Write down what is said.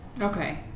Okay